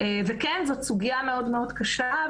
זאת כן סוגיה מאוד-מאוד קשה,